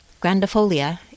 grandifolia